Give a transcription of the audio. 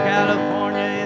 California